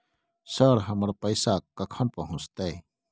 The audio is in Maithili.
सर, हमर पैसा कखन पहुंचतै?